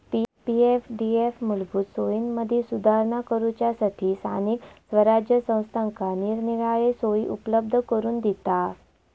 पी.एफडीएफ मूलभूत सोयींमदी सुधारणा करूच्यासठी स्थानिक स्वराज्य संस्थांका निरनिराळे सोयी उपलब्ध करून दिता